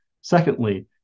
Secondly